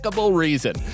reason